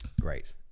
Great